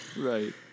Right